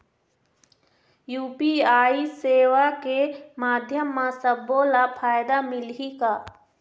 UPI सेवा के माध्यम म सब्बो ला फायदा मिलही का?